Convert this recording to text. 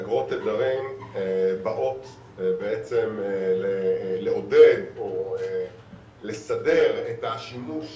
אגרות תדרים באות לעודד או לסדר את השימוש